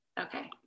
Okay